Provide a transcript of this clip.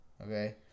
Okay